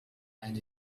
and